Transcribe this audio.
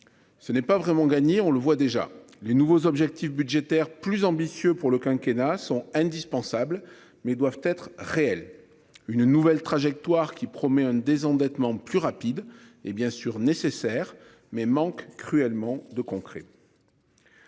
Ce n'est pas vraiment gagner, on le voit déjà les nouveaux objectifs budgétaires plus ambitieux pour le quinquennat, sont indispensables mais doivent être réel une nouvelle trajectoire qui promet un désendettement plus rapide et bien sûr nécessaire mais manque cruellement de concret.